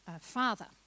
father